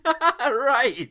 right